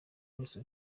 wese